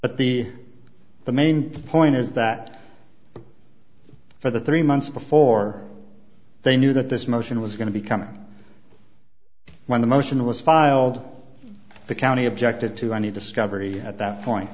but the the main point is that for the three months before they knew that this motion was going to be coming when the motion was filed the county objected to any discovery at that point